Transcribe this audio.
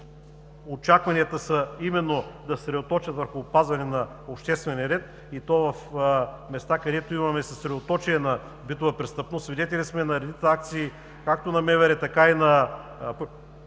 очакванията са именно да се съсредоточат върху опазване на обществения ред, и то в места, където имаме съсредоточие на битова престъпност. Свидетели сме на редица акции както на МВР, така и на